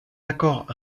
accords